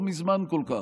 לא מזמן כל כך: